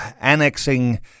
annexing